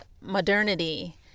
modernity